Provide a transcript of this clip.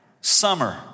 Summer